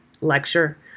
lecture